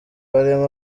barimo